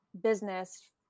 business